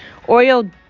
oreo